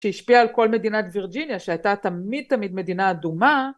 שהשפיע על כל מדינת וירג'יניה שהייתה תמיד תמיד מדינה אדומה